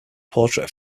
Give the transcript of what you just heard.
portrait